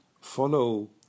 follow